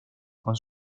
con